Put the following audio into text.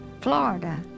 Florida